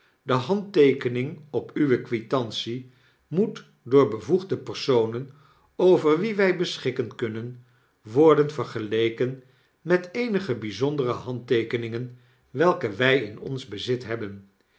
de handteekening op uwe kwitantie moet door bevoegde personen over wie wij beschikken kunnen worden vergeleken met eenige bijzondere handteekeningen welke wy in ons bezit hebben